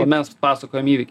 o mes pasakojam įvykį